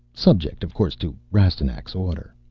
subject, of course, to rastignac's order.